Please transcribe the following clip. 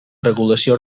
regulació